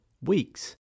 weeks